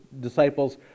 disciples